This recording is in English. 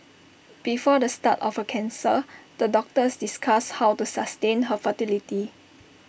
before the start of her cancer the doctors discussed how to sustain her fertility